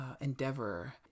endeavor